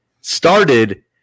started